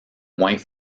moins